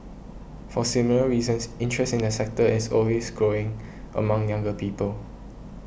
for similar reasons interest in the sector is always growing among younger people